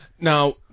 Now